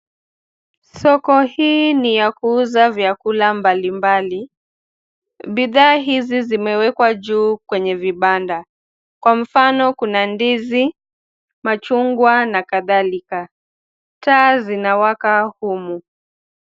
Soko hii ni ya kuuza vyakula mbalimbali. Bidhaa hizi zimewekwa juu kwenye vibanda kwa mfano kuna ndizi, machungwa na kadhalika. Taa zinawaka humu.